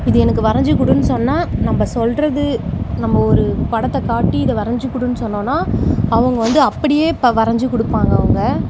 இது எனக்கு வரைஞ்சி கொடுன் சொன்னால் நம்ம சொல்கிறது நம்ம ஒரு படத்தை காட்டி இதை வரைஞ்சி கொடுன் சொன்னோன்னா அவங்க வந்து அப்படியே ப வரைஞ்சிக் கொடுப்பாங்க அவங்க